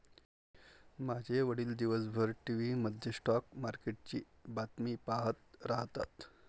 माझे वडील दिवसभर टीव्ही मध्ये स्टॉक मार्केटची बातमी पाहत राहतात